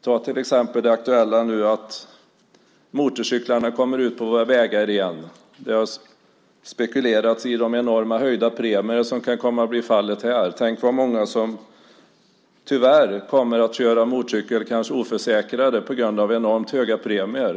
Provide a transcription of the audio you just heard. Ett aktuellt exempel är motorcyklarna som nu kommer ut på våra vägar igen. Det har spekulerats i att enorma, höjda premier kan komma att bli fallet. Tänk vad många som tyvärr kanske kommer att köra motorcykel oförsäkrade på grund av enormt höga premier.